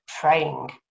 praying